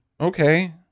Okay